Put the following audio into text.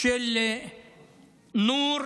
של נור